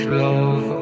love